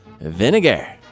vinegar